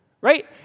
Right